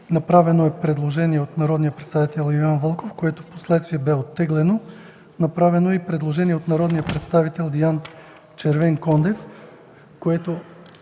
направено предложение от народния представител Иван Вълков, което впоследствие бе оттеглено. Направено е и предложение от народния представител Диан Червенкондев, което